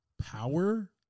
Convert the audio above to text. power